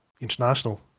international